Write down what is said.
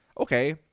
okay